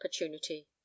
opportunity